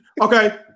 okay